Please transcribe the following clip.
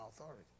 authority